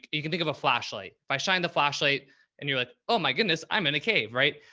you can think of a flashlight by shining the flashlight and you're like, oh my goodness, i'm in a cave. right?